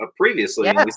previously